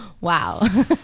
wow